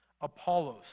Apollos